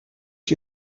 die